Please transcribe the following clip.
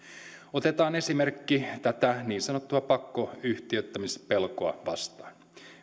otetaan esimerkki tätä niin sanottua pakkoyhtiöittämispelkoa vastaan